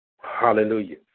Hallelujah